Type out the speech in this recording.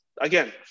again